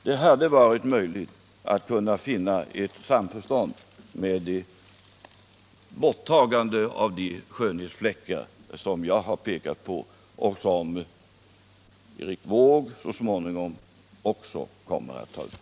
Det hade varit möjligt att uppnå samförstånd genom borttagandet av de skönhetsfläckar som jag har pekat på och som Erik Wååg så småningom också kommer att ta upp.